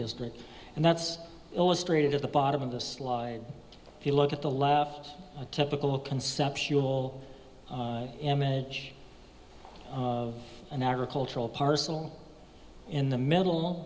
district and that's illustrated at the bottom of the slide if you look at the left a typical conceptual image of an agricultural parcel in the m